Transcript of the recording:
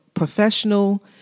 professional